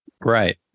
Right